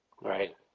right